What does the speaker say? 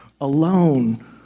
alone